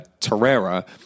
Torreira